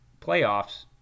playoffs